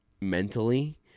mentally